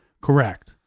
Correct